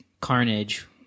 Carnage